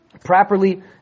Properly